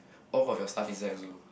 all got your stuff inside also